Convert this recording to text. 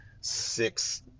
six